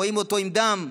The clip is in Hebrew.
רואים אותו עם דם,